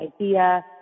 idea